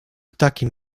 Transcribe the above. takim